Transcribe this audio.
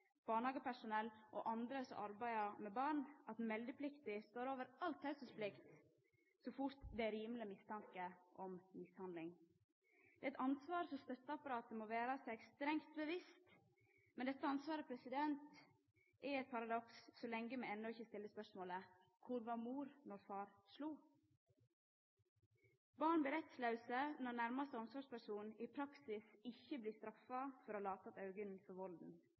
barnehagepersonell og andre som arbeider med barn, at meldeplikta står over all teieplikt så fort det er rimeleg mistanke om mishandling. Det er eit ansvar som støtteapparatet må vera seg strengt bevisst. Men dette ansvaret er eit paradoks så lenge me enno ikkje stiller spørsmålet: Kor var mor når far slo? Barn blir rettslause når nærmaste omsorgsperson i praksis ikkje blir straffa for å lata att auga for